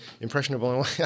impressionable